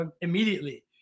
immediately